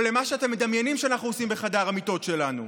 או למה שאתם מדמיינים שאנחנו עושים בחדר המיטות שלנו.